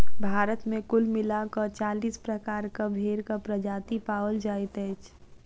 भारत मे कुल मिला क चालीस प्रकारक भेंड़क प्रजाति पाओल जाइत अछि